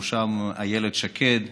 בראשם איילת שקד,